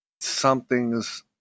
Something's